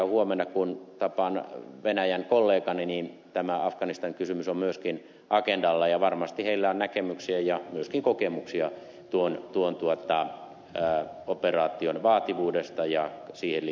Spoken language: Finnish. huomenna kun tapaan venäjän kollegani tämä afganistanin kysymys on myöskin agendalla ja varmasti heillä on näkemyksiä ja myöskin kokemuksia tuon operaation vaativuudesta ja siihen liittyvästä kärsivällisyydestä